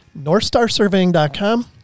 NorthstarSurveying.com